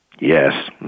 Yes